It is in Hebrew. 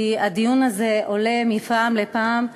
כי הדיון הזה עולה מפעם לפעם,